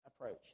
approach